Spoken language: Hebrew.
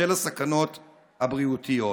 בשל הסכנות הבריאותיות.